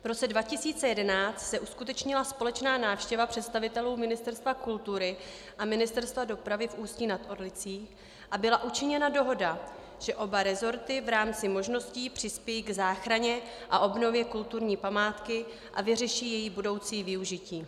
V roce 2011 se uskutečnila společná návštěva představitelů Ministerstva kultury a Ministerstva dopravy v Ústí nad Orlicí a byla učiněna dohoda, že oba resorty v rámci možností přispějí k záchraně a obnově kulturní památky a vyřeší její budoucí využití.